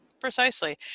Precisely